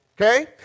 okay